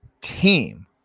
team